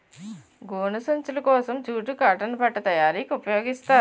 గోను సంచులు కోసం జూటు కాటన్ బట్ట తయారీకి ఉపయోగిస్తారు